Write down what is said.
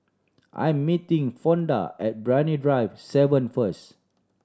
I'm meeting Fonda at Brani Drive Seven first